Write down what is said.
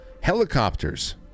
helicopters